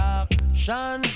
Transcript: action